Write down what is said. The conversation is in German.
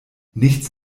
nichts